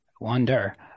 Wonder